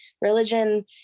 religion